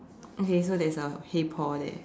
okay so there's a hey Paul there